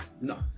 no